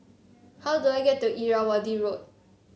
how do I get to Irrawaddy Road